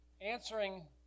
answering